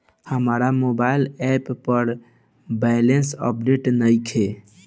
हमार mobile app पर balance update नइखे